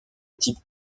type